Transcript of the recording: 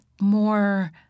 more